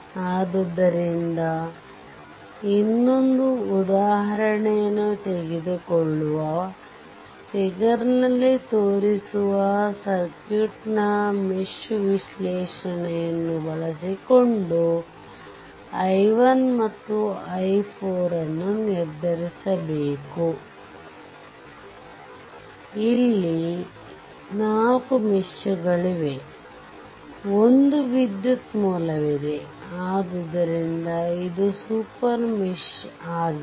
ಆದ್ದರಿಂದ ಇನ್ನೊಂದು ಉದಾಹರಣೆಯನ್ನು ತೆಗೆದುಕೊಳ್ಳುವ ಫಿಗರ್ನಲ್ಲಿ ತೋರಿಸಿರುವ ಸರ್ಕ್ಯೂಟ್ನ ಮೆಶ್ ವಿಶ್ಲೇಷಣೆಯನ್ನು ಬಳಸಿಕೊಂಡು i1ಮತ್ತು i4 ಅನ್ನು ನಿರ್ಧರಿಸಬೇಕು ಇಲ್ಲಿ 4 ಮೆಶ್ ಗಳಿವೆ ಒಂದು ವಿದ್ಯುತ್ ಮೂಲವಿದೆ ಆದ್ದರಿಂದ ಇದು ಸೂಪರ್ ಮೆಶ್ ಆಗಿದೆ